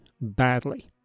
badly